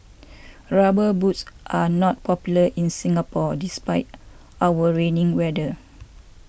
rubber boots are not popular in Singapore despite our raining weather